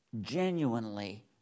genuinely